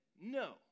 no